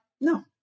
no